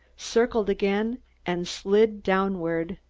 circled again and slid downward.